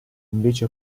invece